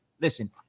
Listen